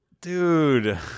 Dude